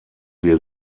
wir